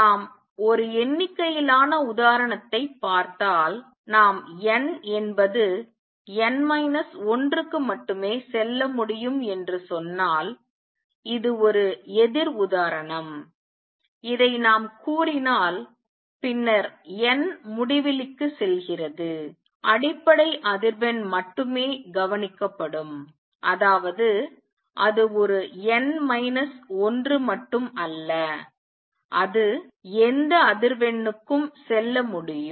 நாம் ஒரு எண்ணிக்கையிலான உதாரணத்தைப் பார்த்தால் நாம் n என்பது n மைனஸ் ஒன்றுக்கு மட்டுமே செல்ல முடியும் என்று சொன்னால் இது ஒரு எதிர் உதாரணம் இதை நாம் கூறினால் பின்னர் n முடிவிலிக்கு செல்கிறது அடிப்படை அதிர்வெண் மட்டுமே கவனிக்கப்படும் அதாவது அது ஒரு n மைனஸ் ஒன்று மட்டும் அல்ல அது எந்த அதிர்வெண்ணுக்கும் செல்ல முடியும்